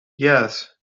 yes